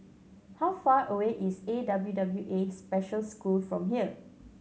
how far away is A W W A Special School from here